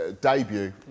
debut